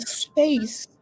space